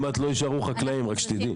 עוד מעט לא יישארו חקלאים, רק שתדעי.